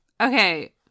okay